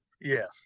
Yes